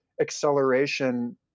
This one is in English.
acceleration